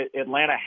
Atlanta